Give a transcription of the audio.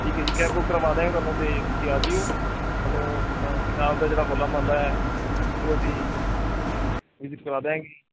ਠੀਕ ਹੈ ਜੀ ਕੈਬ ਬੁੱਕ ਕਰਵਾ ਦਿਆ ਤੁਹਾਨੂੰ ਅਤੇ ਤੁਸੀਂ ਆ ਜਿਓ ਤੁਹਾਨੂੰ ਪੰਜਾਬ ਦਾ ਜਿਹੜਾ ਹੋਲਾ ਮਹੱਲਾ ਹੈ ਉਹ ਅਸੀਂ ਵਿਜ਼ਿਟ ਕਰਾ ਦਿਆਂਗੇ